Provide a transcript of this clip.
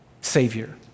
savior